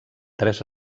tres